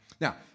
Now